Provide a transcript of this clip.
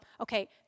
Okay